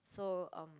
so um